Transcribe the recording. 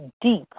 deep